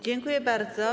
Dziękuję bardzo.